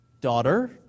Daughter